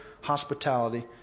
hospitality